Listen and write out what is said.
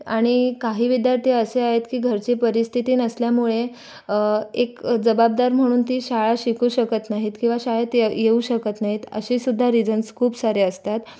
आणि काही विद्यार्थी असे आहेत की घरची परिस्थिती नसल्यामुळे एक जबाबदार म्हणून ती शाळा शिकू शकत नाहीत किंवा शाळेत य येऊ शकत नाहीत अशीसुद्धा रीझन्स खूप सारे असतात